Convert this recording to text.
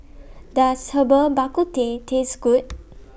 Does Herbal Bak Ku Teh Taste Good